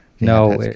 no